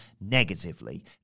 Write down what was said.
negatively